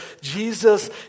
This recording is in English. Jesus